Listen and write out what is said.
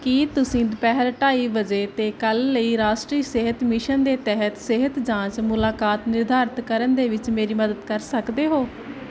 ਕੀ ਤੁਸੀਂ ਦੁਪਿਹਰ ਢਾਈ ਵਜੇ 'ਤੇ ਕੱਲ੍ਹ ਲਈ ਰਾਸ਼ਟਰੀ ਸਿਹਤ ਮਿਸ਼ਨ ਦੇ ਤਹਿਤ ਸਿਹਤ ਜਾਂਚ ਮੁਲਾਕਾਤ ਨਿਰਧਾਰਤ ਕਰਨ ਵਿੱਚ ਮੇਰੀ ਮਦਦ ਕਰ ਸਕਦੇ ਹੋ